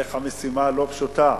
עליך משימה לא פשוטה,